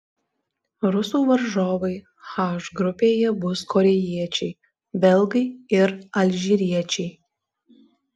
rusų varžovai h grupėje bus korėjiečiai belgai ir alžyriečiai